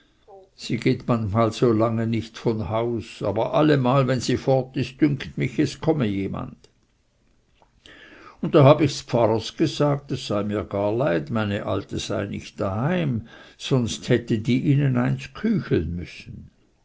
sie geht manchmal so lange nicht von haus aber allemal wenn sie fort ist dünkt mich es komme jemand da habe ich ds pfarrers gesagt es sei mir gar leid meine alte sei nicht daheim sonst hätte die ihnen eins küchlen müssen